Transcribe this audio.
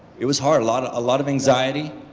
it was hard, a lot of lot of anxiety,